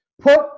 Put